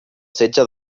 setge